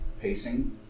pacing